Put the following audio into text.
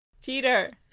Cheater